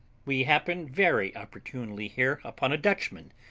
we happened very opportunely here upon a dutchman,